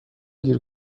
گیر